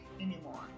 anymore